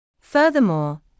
Furthermore